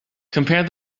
compare